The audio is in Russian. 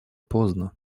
поздно